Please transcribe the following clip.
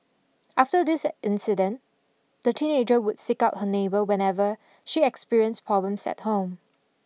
after this incident the teenager would seek out her neighbour whenever she experienced problems at home